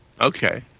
Okay